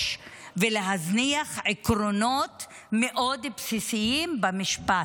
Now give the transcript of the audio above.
ולהזניח עקרונות מאוד בסיסיים במשפט.